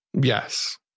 Yes